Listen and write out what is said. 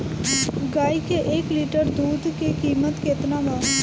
गाय के एक लीटर दूध के कीमत केतना बा?